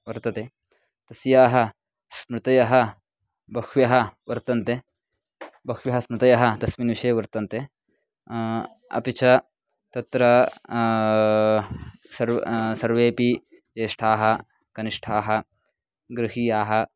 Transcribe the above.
वर्तते तस्याः स्मृतयः बह्व्यः वर्तन्ते बह्व्यः स्मृतयः तस्मिन् विषये वर्तन्ते अपि च तत्र सर्वे सर्वेऽपि जेष्ठाः कनिष्ठाः गृहीयाः